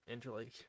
Interlake